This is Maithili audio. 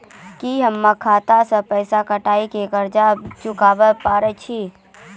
की हम्मय खाता से पैसा कटाई के कर्ज चुकाबै पारे छियै?